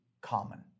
common